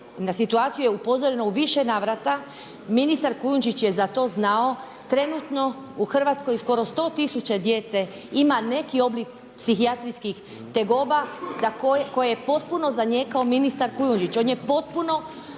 Na situaciju je upozoreno u više navrata, ministar Kujundžić je za to znao, trenutno u Hrvatskoj skoro 100 000 djece ima neki oblik psihijatrijskih tegoba koje je potpuno zanijekao ministar Kujundžić,